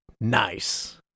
nice